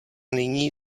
nyní